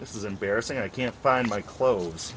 this is embarrassing i can't find my clothes